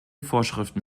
vorschriften